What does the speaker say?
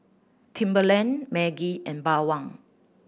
Timberland Maggi and Bawang